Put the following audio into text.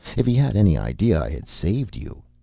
if he had any idea i had saved you